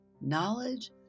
Knowledge